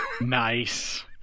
nice